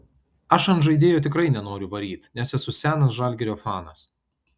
aš ant žaidėjo tikrai nenoriu varyt nes esu senas žalgirio fanas